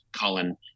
Colin